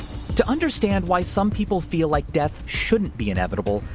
to understand why some people feel like death shouldn't be inevitable.